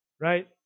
Right